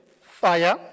fire